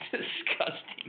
Disgusting